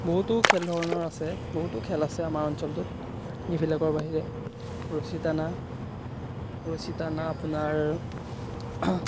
বহুতো খেল ধৰণৰ আছে বহুতো খেল আছে আমাৰ অঞ্চলটোত এইবিলাকৰ বাহিৰে ৰছী টানা ৰছী টানা আপোনাৰ